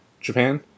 Japan